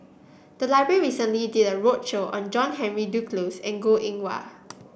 the library recently did a roadshow on John Henry Duclos and Goh Eng Wah